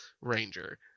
Ranger